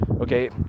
okay